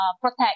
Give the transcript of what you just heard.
protect